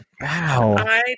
Wow